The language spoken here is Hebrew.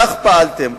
כך פעלתם.